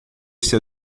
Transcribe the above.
seu